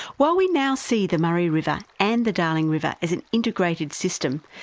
while we now see the murray river and the darling river as an integrated system,